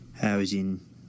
housing